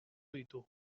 ditu